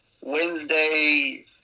Wednesday